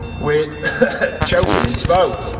we're choking in smoke.